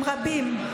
הם רבים.